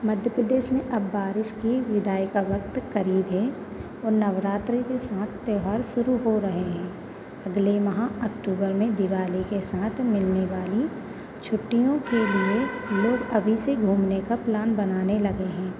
मध्य प्रदेश में अब बारिश की विदाई का वक्त करीब है और नवरात्र के साथ त्योहार शुरू हो रहे हैं अगले माह अक्टूबर में दिवाली के साथ मिलने वाली छुट्टियों के लिए लोग अभी से घूमने का प्लान बनाने लगे हैं